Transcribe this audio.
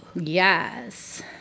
Yes